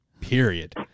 period